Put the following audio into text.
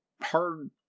Hard